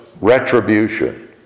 retribution